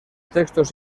textos